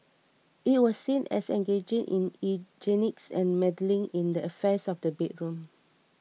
it was seen as engaging in eugenics and meddling in the affairs of the bedroom